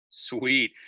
Sweet